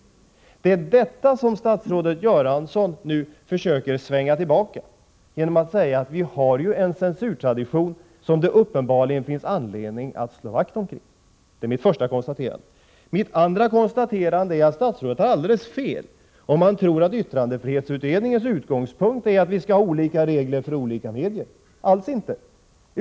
Det är detta som statsrådet Göransson nu försöker svänga tillbaka, genom att säga att vi har en censurtradition som det uppenbarligen finns anledning att slå vakt om. Det är mitt första konstaterande. Mitt andra konstaterande är att statsrådet tar alldeles fel om han tror att yttrandefrihetsutredningens utgångspunkt är att vi skall ha olika regler för olika medier. Så är det inte alls.